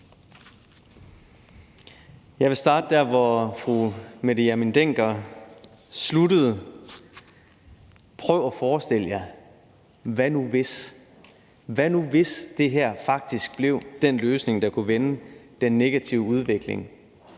Jeg vil starte der, hvor fru Mette Hjermind Dencker sluttede. Prøv at forestille jer: Hvad nu, hvis det her faktisk blev den løsning, der kunne vende den negative udvikling?